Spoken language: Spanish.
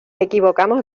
equivocamos